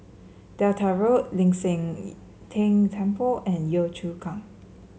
Delta Road Ling San Teng Temple and Yio Chu Kang